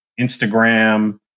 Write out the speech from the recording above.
Instagram